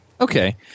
Okay